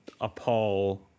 appall